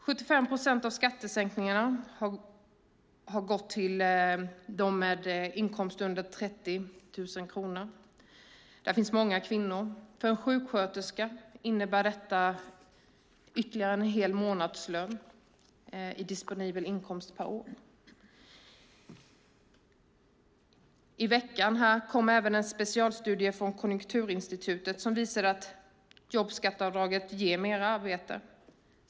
75 procent av skattesänkningarna har gått till dem med inkomster under 30 000 kronor. Där finns många kvinnor. För en sjuksköterska innebär detta ytterligare en hel månadslön i disponibel inkomst per år. I veckan kom en specialstudie från Konjunkturinstitutet som visade att jobbskatteavdraget ger mer arbete.